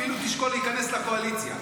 אפילו תשקול להיכנס לקואליציה.